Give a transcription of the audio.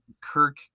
Kirk